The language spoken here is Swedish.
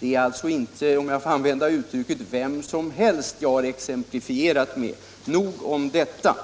Det är alltså inte, om jag får använda det uttrycket, vem som helst jag har exemplifierat med. — Nog om detta.